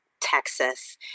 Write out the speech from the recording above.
Texas